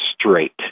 straight